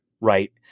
Right